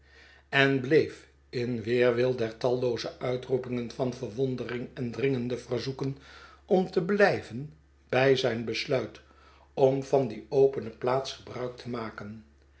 en bleef in weerwil der tallooze uitroepingen van verwondering en dringende verzoeken om te blijven bij zijn besluit om van die opene plaats gebruik te maken